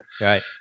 right